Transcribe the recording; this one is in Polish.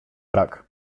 brak